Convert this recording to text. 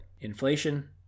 inflation